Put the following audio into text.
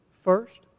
First